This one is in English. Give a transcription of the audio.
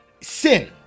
sin